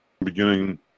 beginning